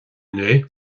inné